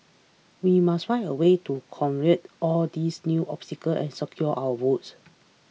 we must find a way to convent all these new obstacles and secure our votes